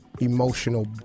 emotional